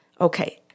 Okay